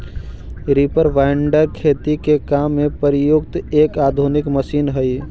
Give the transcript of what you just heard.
reaper binder खेती के काम में प्रयुक्त एक आधुनिक मशीन हई